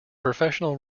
professional